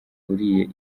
uriye